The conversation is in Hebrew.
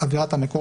עבירות נוספות